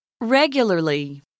Regularly